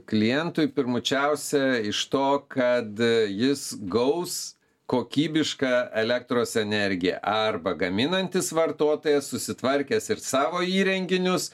klientui pirmučiausia iš to kad jis gaus kokybišką elektros energiją arba gaminantis vartotojas susitvarkęs ir savo įrenginius